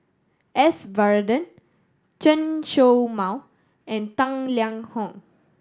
S Varathan Chen Show Mao and Tang Liang Hong